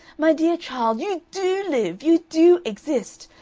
my dear child, you do live, you do exist!